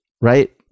Right